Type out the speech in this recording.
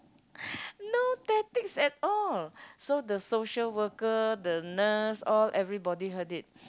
no tactics at all so the social worker the nurse all everybody heard it